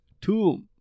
Two